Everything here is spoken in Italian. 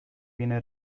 viene